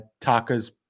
Taka's